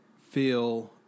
feel